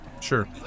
Sure